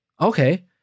Okay